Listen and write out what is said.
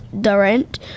Durant